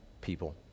people